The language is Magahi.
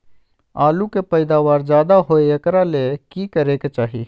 आलु के पैदावार ज्यादा होय एकरा ले की करे के चाही?